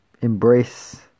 embrace